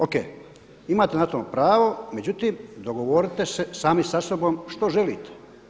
Ok, imate na to pravo međutim dogovorite se sami sa sobom što želite.